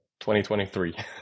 2023